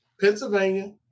Pennsylvania